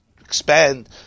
Expand